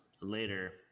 later